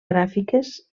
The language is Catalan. gràfiques